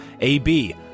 AB